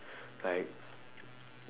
like